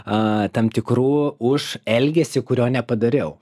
a tam tikrų už elgesį kurio nepadariau